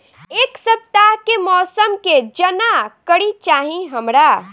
एक सपताह के मौसम के जनाकरी चाही हमरा